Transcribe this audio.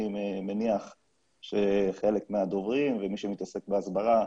מניח שחלק מהדוברים ומי שמתעסק בהסברה